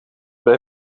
bij